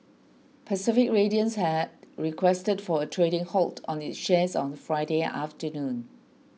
Pacific Radiance had requested for a trading halt on its shares on Friday afternoon